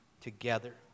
together